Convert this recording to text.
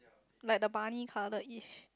like the Barney Colourish